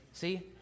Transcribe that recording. See